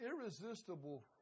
irresistible